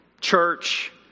church